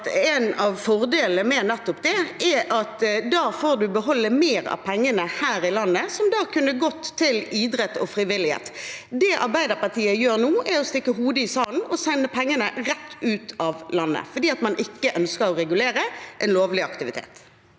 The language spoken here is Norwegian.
en av fordelene med det nettopp er at man da får beholde mer av pengene her i landet, som kunne gått til idrett og frivillighet. Det Arbeiderpartiet gjør nå, er å stikke hodet i sanden og sende pengene rett ut av landet, fordi man ikke ønsker å regulere en lovlig aktivitet.